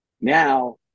now